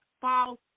false